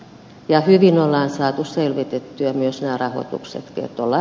ja hyvin on saatu selvitettyä myös nämä rahoitukset